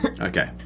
Okay